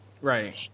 Right